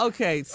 Okay